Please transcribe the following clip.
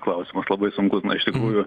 klausimas labai sunkus na iš tikrųjų